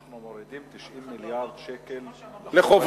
אנחנו מורידים 90 מיליארד שקל לחוב,